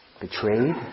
betrayed